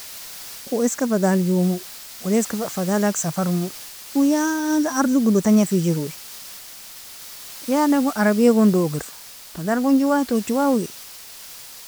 Ow iska fadala jomo, wala iska fada lak safarmo, ow yalla ardil godo tanjfejro yalla gon arbia gon dogiro fadala gon jomo tojewa oey.